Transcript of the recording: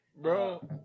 Bro